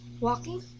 walking